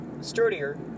sturdier